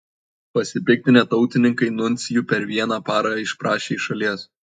pasipiktinę tautininkai nuncijų per vieną parą išprašė iš šalies